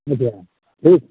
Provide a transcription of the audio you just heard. बढ़िया है ठीक